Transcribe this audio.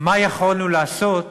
מה יכולנו לעשות